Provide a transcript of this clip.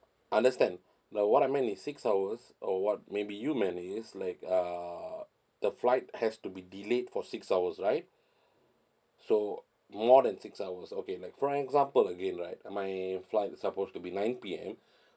understand but what I meant is six hours or what maybe like uh the flight has to be delayed for six hours right so more than six hours okay like for example again right my flight supposed to be nine P_M